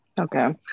Okay